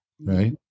right